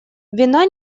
вина